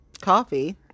Coffee